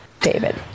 David